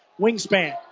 wingspan